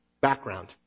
Background